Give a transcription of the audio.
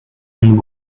and